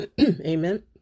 Amen